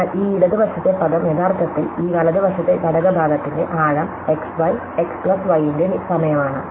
അതിനാൽ ഈ ഇടത് വശത്തെ പദം യഥാർത്ഥത്തിൽ ഈ വലതുവശത്തെ ഘടകഭാഗത്തിന്റെ ആഴം x y x plus y ന്റെ സമയമാണ്